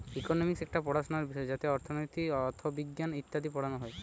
economics একটি পড়াশোনার বিষয় যাতে অর্থনীতি, অথবিজ্ঞান ইত্যাদি পড়ানো হয়